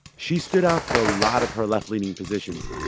she stood out for a lot of her left-leaning positions,